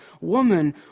woman